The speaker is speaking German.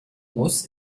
muss